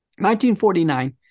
1949